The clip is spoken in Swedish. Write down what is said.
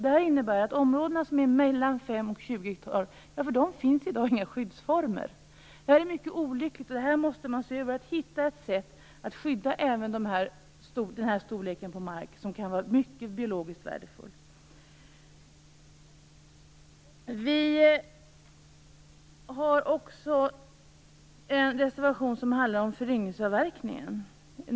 Detta innebär att det inte finns några skyddsformer för områden som är 5-20 hektar. Det är mycket olyckligt. Det måste ses över så att man kan hitta ett sätt att skydda även den här storleken på markområden, som kan vara mycket biologiskt värdefulla. Vi har också en reservation som handlar om föryngringsavverkningen.